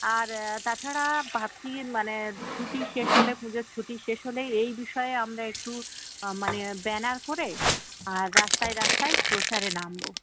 আর তাছাড়া ভাবছি মানে ছুটি শেষ হলে পুজোর ছুটি শেষ হলেই এই বিষয়ে আমরা একটু মানে ব্যানার করে রাস্তায় রাস্তায় প্রচারে নামবো